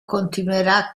continuerà